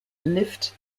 lift